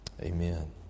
amen